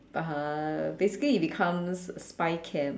uh basically it becomes a spy cam